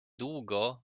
długo